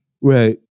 Right